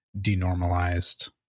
denormalized